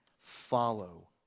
follow